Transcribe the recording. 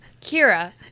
Kira